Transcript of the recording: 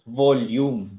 volume